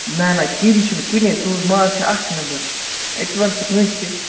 نہ نہ کیٚمۍ چھِنہٕ کُنے سون مال چھُ اَکھ نَمبر ییٚتہِ ون ژٕ کٲنسہِ تہِ